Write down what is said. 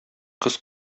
кыз